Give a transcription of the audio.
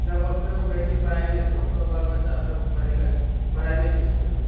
सब अपना ओ रहैत छै प्राइभेटमे अपना बाल बच्चा सबके पढ़ेलक प्राइभेट इसकुलमे